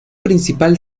principal